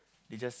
they just